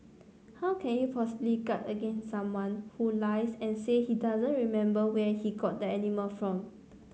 how can you possibly guard against someone who lies and say he doesn't remember where he got the animal from